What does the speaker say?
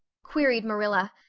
queried marilla,